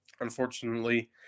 Unfortunately